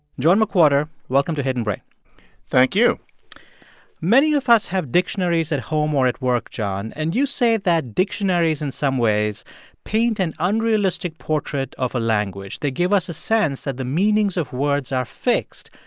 john mcwhorter, welcome to hidden brain thank you many of us have dictionaries at home or at work, john. and you say that dictionaries in some ways paint an unrealistic portrait of a language. they give us a sense that the meanings of words are fixed,